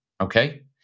Okay